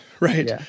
Right